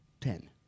Ten